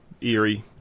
eerie